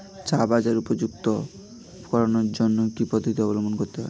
চা বাজার উপযুক্ত করানোর জন্য কি কি পদ্ধতি অবলম্বন করতে হয়?